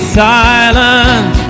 silent